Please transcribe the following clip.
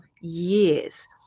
years